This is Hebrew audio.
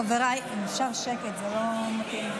חבריי, אם אפשר שקט, זה לא מתאים.